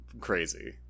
crazy